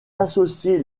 associés